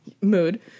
Mood